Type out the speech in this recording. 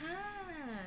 yeah